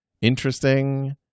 interesting